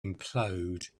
implode